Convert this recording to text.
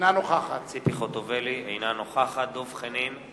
אינה נוכחת דב חנין,